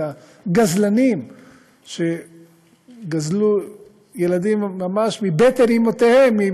את הגזלנים שגזלו ילדים ממש מבטן אמותיהם,